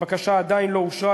הבקשה עדיין לא אושרה,